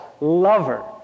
lover